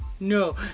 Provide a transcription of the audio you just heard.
No